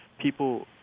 people